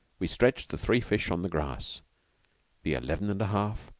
we stretched the three fish on the grass the eleven and a half,